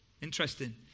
Interesting